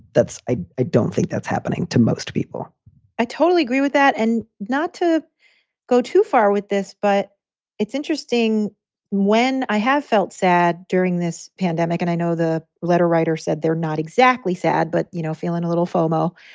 that's i i don't think that's happening to most people i totally agree with that. and not to go too far with this, but it's interesting when i have felt sad during this pandemic and i know the letter writer said they're not exactly sad, but, you know, feeling a little falvo,